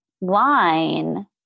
line